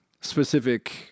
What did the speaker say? specific